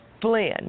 Flynn